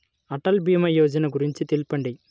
అటల్ భీమా యోజన గురించి తెలుపండి?